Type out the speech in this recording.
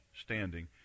standing